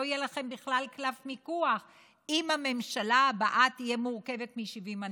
לא יהיה לכם בכלל קלף מיקוח אם הממשלה הבאה תהיה מורכבת מ-70 מנדטים,